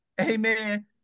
Amen